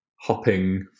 hopping